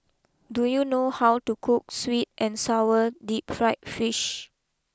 do you know how to cook sweet and Sour deep Fried Fish